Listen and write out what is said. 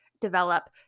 develop